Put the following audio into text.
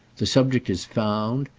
the subject is found,